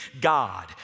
God